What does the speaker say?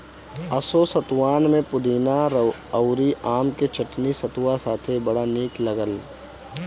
असो सतुआन में पुदीना अउरी आम के चटनी सतुआ साथे बड़ा निक लागल